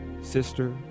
sister